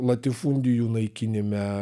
latifundijų naikinime